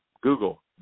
Google